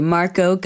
Marco